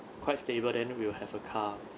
quite stable then we'll have a car